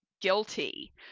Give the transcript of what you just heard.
guilty